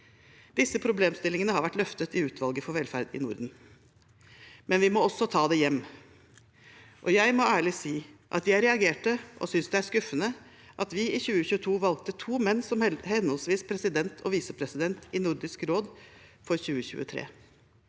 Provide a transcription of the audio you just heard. Disse problemstillingene har vært løftet i utvalget for velferd i Norden, men vi må også ta det hjem. Jeg må ærlig si at jeg reagerte og syntes det var skuffende at vi i 2022 valgte to menn som henholdsvis president og visepresident i Nordisk råd for 2023.